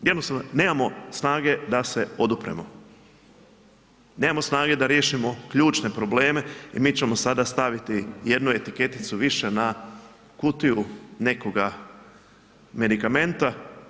Jednostavno, nemamo snage da se odupremo, nemamo snage da riješimo ključne probleme i mi ćemo sada staviti jednu etiketicu više na kutiju nekoga medikamenta.